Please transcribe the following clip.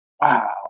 Wow